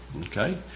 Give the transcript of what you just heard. okay